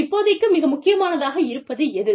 இப்போதைக்கு மிக முக்கியமானதாக இருப்பது எது